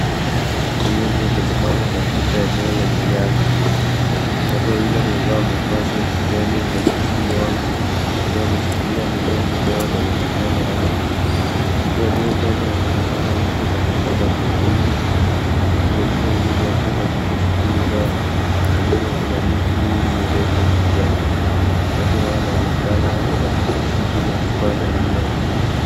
Watu wengi wamesimama kwatika eneo lenye nyasi. Watu wawili wamevaa majani ya kijani ya kuakisi mwanga wakiwa wameshikilia mimea midogo kwenye mikono yao. Mtu aliye mbele anaonekana yuko katika mazungumzo huku wengine wakiwa katika shughuli zao na nyuma kuna miti mingi mirefu ya kijani. Watu hawa wanaonekana kuwa katika shughuli ya kupanda mimea.